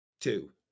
Two